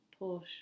Porsche